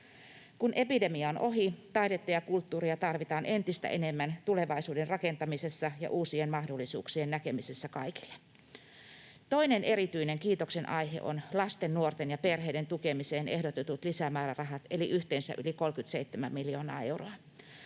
Kun epidemia on ohi, taidetta ja kulttuuria tarvitaan entistä enemmän tulevaisuuden rakentamisessa ja uusien mahdollisuuksien näkemisessä kaikille. Toinen erityinen kiitoksen aihe ovat lasten, nuorten ja perheiden tukemiseen ehdotetut lisämäärärahat, yhteensä yli 37 miljoonaa euroa.